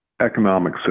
economic